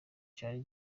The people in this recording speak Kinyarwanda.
cari